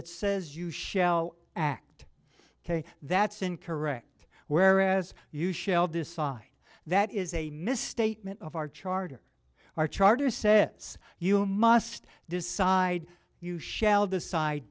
it says you shall act ok that's incorrect whereas you shall decide that is a misstatement of our charter our charter says you must decide you shall decide